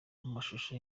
mashusho